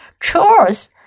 Chores